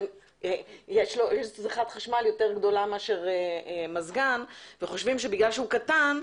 יש לו צריכת חשמל יותר גדולה מאשר מזגן וחושבים שבגלל שהוא קטן,